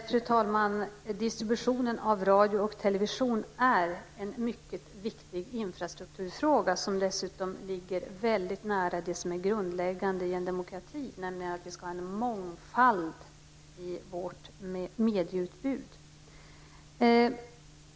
Fru talman! Distributionen av radio och television är en mycket viktig infrastrukturfråga, som dessutom ligger väldigt nära det som är grundläggande i en demokrati, nämligen att vi ska ha en mångfald i vårt medieutbud.